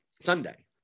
Sunday